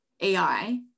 AI